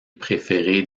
préféré